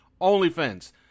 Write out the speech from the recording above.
OnlyFans